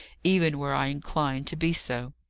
even were i inclined to be so.